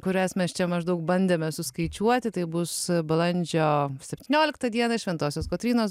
kurias mes čia maždaug bandėme suskaičiuoti tai bus balandžio septynioliktą dieną šventosios kotrynos